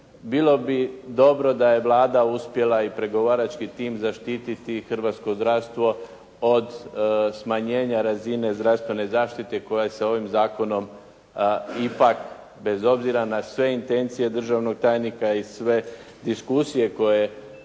bilo bi dobro da je Vlada uspjela i pregovarački tim zaštiti hrvatsko zdravstvo od smanjenja razine zdravstvene zaštite koja se ovim zakonom ipak bez obzira na sve intencije državnog tajnika i sve diskusije koje